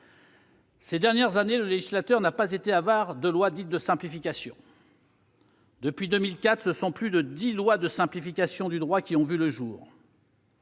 Ces dernières années, le législateur n'a pas été avare de lois dites de simplification. Depuis 2004, plus de dix lois de simplification du droit ont vu le jour.